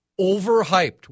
overhyped